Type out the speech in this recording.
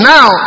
Now